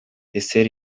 ezer